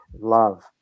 love